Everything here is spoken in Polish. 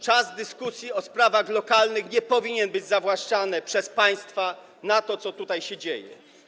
Czas dyskusji o sprawach lokalnych nie powinien być zawłaszczany przez państwa na to, co tutaj się dzieje.